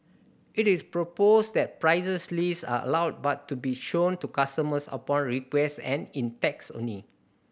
it is proposed that prices list are allowed but to be shown to customers upon request and in text only